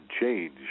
change